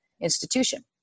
institution